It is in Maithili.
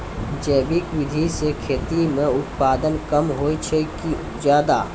जैविक विधि से खेती म उत्पादन कम होय छै कि ज्यादा?